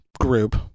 group